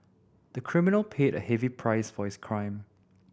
the criminal paid a heavy price for his crime